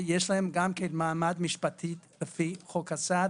יש להם גם מעמד משפטי לפי חוק הסעד